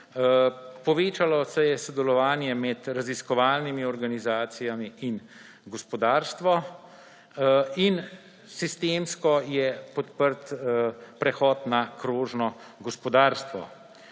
Povečalo se je sodelovanje med raziskovalnimi organizacijami in gospodarstvom in sistemsko je podprt prehod na krožno gospodarstvo.